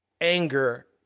anger